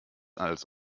als